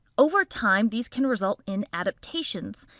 over time, these can result in adaptations.